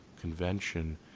convention